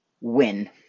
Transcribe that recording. win